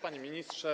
Panie Ministrze!